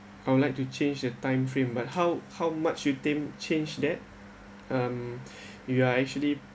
I would like to change the time frame but how how much you think change that um you are actually